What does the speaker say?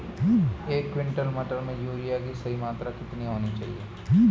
एक क्विंटल मटर में यूरिया की सही मात्रा कितनी होनी चाहिए?